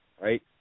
Right